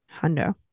hundo